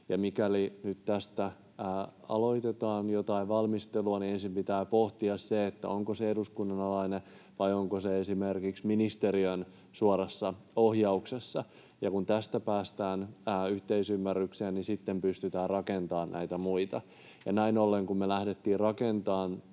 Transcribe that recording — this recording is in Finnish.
mikäli tästä nyt aloitetaan jotain valmistelua, niin ensin pitää pohtia sitä, onko se eduskunnan alainen vai onko se esimerkiksi ministeriön suorassa ohjauksessa. Kun tästä päästään yhteisymmärrykseen, niin sitten pystytään rakentamaan näitä muita. Ja näin ollen, kun me lähdettiin rakentamaan